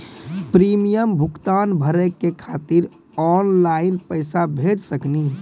Premium भुगतान भरे के खातिर ऑनलाइन पैसा भेज सकनी?